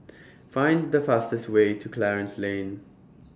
Find The fastest Way to Clarence Lane